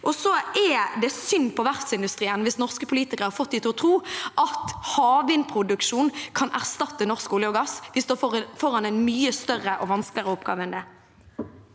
Det er synd på verftsindustrien hvis norske politikere har fått dem til å tro at havvindproduksjon kan erstatte norsk olje og gass. De står foran en mye større og vanskeligere oppgave enn det.